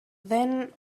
then